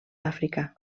àfrica